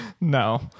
No